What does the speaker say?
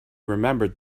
remembered